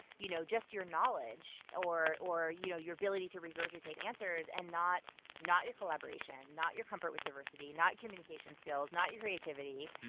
you know, just your knowledge or, you know, your ability to regurgitate answers and not not your collaboration, not your comfort with diversity, not communication skills, not your creativity,